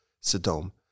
Sodom